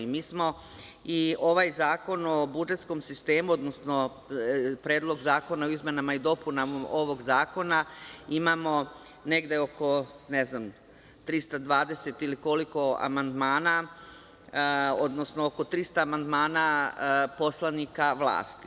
Mi smo i ovaj Zakon o budžetskom sistemu, odnosno Predlog zakona o izmenama i dopunama ovog zakona, imamo negde oko, ne znam, 320 ili koliko amandmana, odnosno oko 300 amandmana poslanika vlasti.